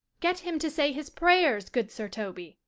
get him to say his prayers good sir toby,